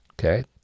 okay